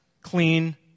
clean